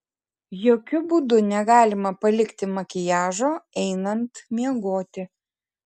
jokiu būdu negalima palikti makiažo einant miegoti